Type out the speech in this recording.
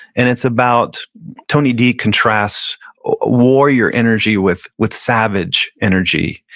and it's about tony d contrasts warrior energy with with savage energy,